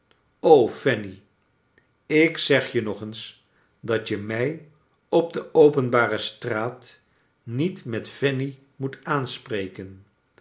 fanny ik zeg je nog eens dat je mij op de openbare straat niet met fanny moet aanspreken